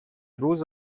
روز